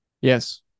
Yes